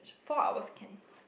four hours can